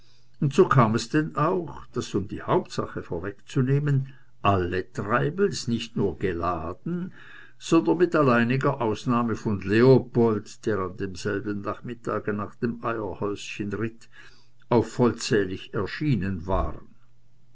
und so kam es denn auch daß um die hauptsache vorwegzunehmen alle treibels nicht nur geladen sondern mit alleiniger ausnahme von leopold der an demselben nachmittage nach dem eierhäuschen ritt auch vollzählig erschienen waren